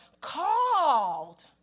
called